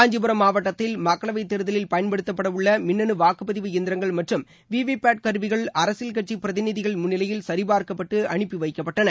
காஞ்சிபுரம் மாவட்டத்தில் மக்களவைத் தேர்தலில் பயன்படுத்தப்பட உள்ள மின்னணு வாக்குப்பதிவு எந்திரங்கள் மற்றும் விவி பாட் கருவிகள் அரசியல் கட்சிப் பிரதிநிதிகள் முன்னிலையில் சரிபார்க்கப்பட்டு அப்பி வைக்கப்பட்டன